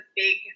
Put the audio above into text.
big